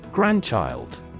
Grandchild